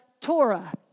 Torah